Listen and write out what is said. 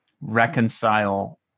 Reconcile